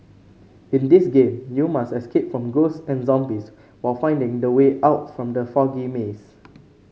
in this game you must escape from ghosts and zombies while finding the way out from the foggy maze